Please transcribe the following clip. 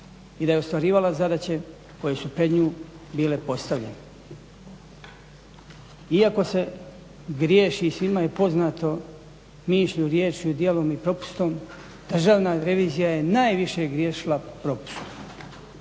i da je ostvarivala zadaće koje su pred nju bile postavljene. Iako se griješi, svima je poznato "mišlju, riječju, djelom i propustom" Državna revizija je najviše griješila propustom.